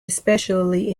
especially